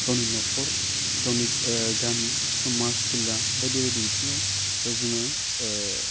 गावनि न'खर गावनि ओह गामि समाज सिला बायदि बायदि बिथिङाव ओह जोङो ओह